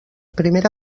primera